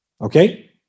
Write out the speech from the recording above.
okay